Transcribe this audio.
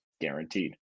guaranteed